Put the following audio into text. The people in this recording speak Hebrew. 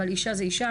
אבל אישה היא אישה,